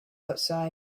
outside